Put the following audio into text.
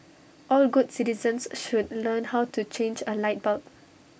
all good citizens should learn how to change A light bulb